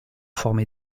former